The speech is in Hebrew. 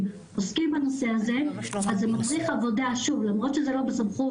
עוסקים בנושא הזה אבל זה מצריך עבודה - אף שזה לא בסמכות